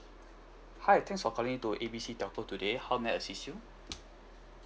hi thanks for calling in to A B C telco today how may I assist you